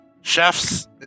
chefs